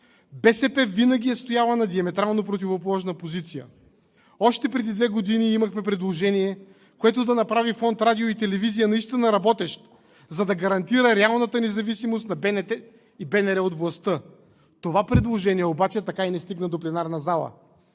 БСП винаги е стояла на диаметрално противоположна позиция. Още преди две години имахме предложение, което да направи фонд „Радио и телевизия“ наистина работещ, за да гарантира реалната независимост на БНТ и БНР от властта. Това предложение обаче така и не стигна до пленарната зала.